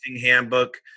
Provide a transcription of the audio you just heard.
handbook